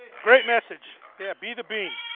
great message, yeah, be the bean.